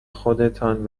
خودتان